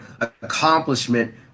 accomplishment